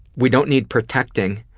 we don't need protecting,